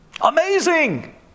Amazing